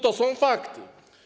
To są fakty.